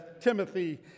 Timothy